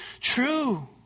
True